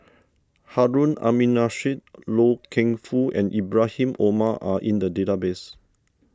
Harun Aminurrashid Loy Keng Foo and Ibrahim Omar are in the database